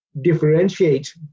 differentiate